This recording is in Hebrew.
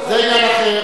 זה עניין אחר,